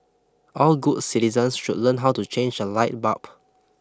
all good citizens should learn how to change a light bulb